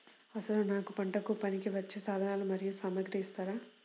అసలు నాకు పంటకు పనికివచ్చే సాధనాలు మరియు సామగ్రిని ఇస్తారా?